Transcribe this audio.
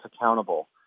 accountable